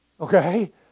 Okay